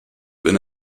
wenn